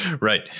right